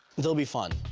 they'll be fun.